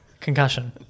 Concussion